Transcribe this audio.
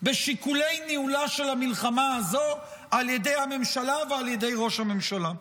בשיקולי ניהולה של המלחמה הזאת על ידי הממשלה ועל ידי ראש הממשלה.